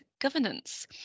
governance